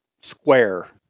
square